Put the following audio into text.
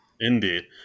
Indeed